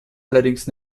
allerdings